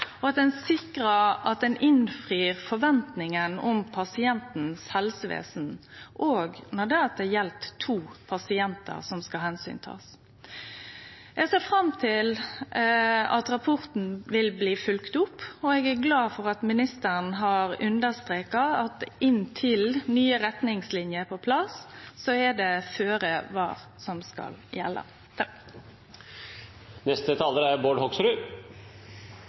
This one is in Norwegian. og at ein sikrar at ein innfrir forventninga om eit helsevesen for pasienten – òg når det er to pasientar det skal takast omsyn til. Eg ser fram til at rapporten blir følgd opp, og er glad for at ministeren har understreka at inntil nye retningslinjer er på plass, er det føre-var-prinsippet som skal gjelde. Det er en viktig debatt representanten Toppe reiser. LAR-behandling er